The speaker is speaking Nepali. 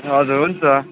हजुर हुन्छ